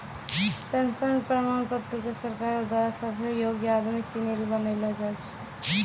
pension र प्रमाण पत्र क सरकारो द्वारा सभ्भे योग्य आदमी सिनी ल बनैलो जाय छै